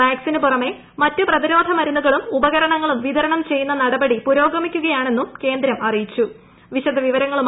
വാക്സിന് പുറമെ മറ്റു പ്രതിരോധ മരുന്നുകളും ഉപകരണങ്ങളും വിതരണം ചെയ്യുന്ന നടപടി പുരോഗമിക്കുകയാണെ ന്നും കേന്ദ്രം അറിയിച്ചു